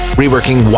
reworking